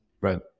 Right